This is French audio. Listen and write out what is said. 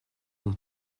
ont